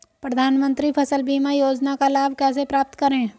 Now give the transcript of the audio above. प्रधानमंत्री फसल बीमा योजना का लाभ कैसे प्राप्त करें?